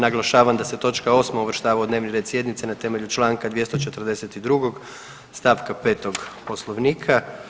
Naglašavam da se točka 8. uvrštava u dnevni red sjednice na temelju članka 242. stavka 5. Poslovnika.